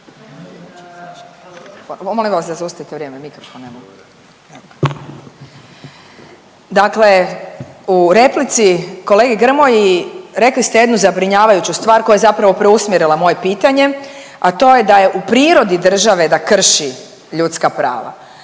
u replici kolegi Grmoji rekli ste jednu zabrinjavajuću stvar koja je zapravo preusmjerila moje pitanje, a to je da je u prirodi države da krši ljudska prava.